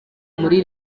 muri